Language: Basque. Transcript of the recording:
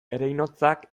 ereinotzak